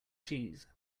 cheese